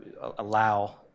allow